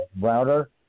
router